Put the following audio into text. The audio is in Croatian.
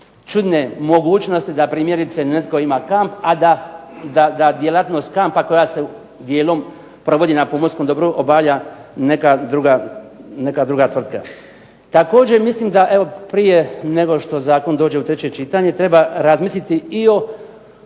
čudne mogućnosti da primjerice netko ima kamp, a da djelatnost kampa koja se dijelom provodi na pomorskom dobru obavlja neka druga tvrtka. Također mislim da prije nego što zakon dođe u treće čitanje treba razmisliti i o